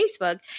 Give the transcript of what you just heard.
Facebook